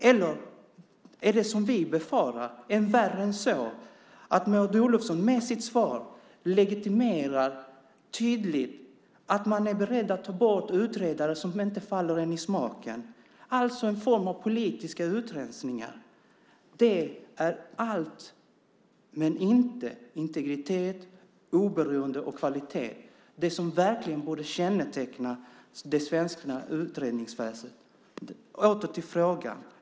Eller är det som vi befarar värre än så, att Maud Olofsson med sitt svar tydligt legitimerar att man är beredd att ta bort utredare som inte faller regeringen i smaken, alltså en form av politisk utrensning? Det är allt utom integritet, oberoende och kvalitet - det som verkligen borde känneteckna det svenska utredningsväsendet.